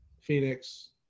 Phoenix